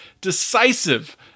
decisive